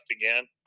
again